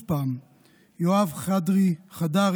יוחד חדרי,